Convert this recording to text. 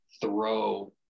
throw